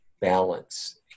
balance